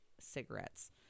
cigarettes